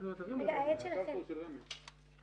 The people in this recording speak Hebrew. איזושהי יכולת להתגבר על זה.